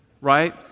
Right